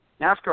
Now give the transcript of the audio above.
NASCAR